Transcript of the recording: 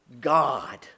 God